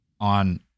on